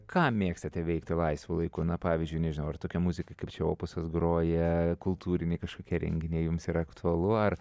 ką mėgstate veikti laisvu laiku na pavyzdžiui nežinau ar tokia muzika kaip čia opusas groja kultūriniai kažkokie renginiai jums yra aktualu ar